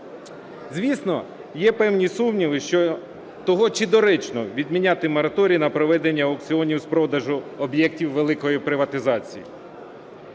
Звісно, є певні сумні щодо того, чи доречно відміняти мораторій на проведення аукціонів з продажу об'єктів великої приватизації